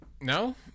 No